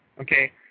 Okay